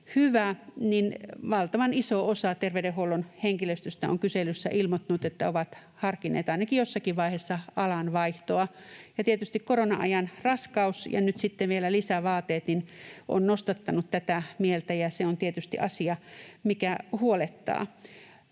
hyvä. Valtavan iso osa terveydenhuollon henkilöstöstä on kyselyssä ilmoittanut, että ovat harkinneet ainakin jossakin vaiheessa alanvaihtoa, ja tietysti korona-ajan raskaus ja nyt sitten vielä lisävaateet ovat nostattaneet tätä mieltä, ja se on tietysti asia, mikä huolettaa.